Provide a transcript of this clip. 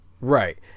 Right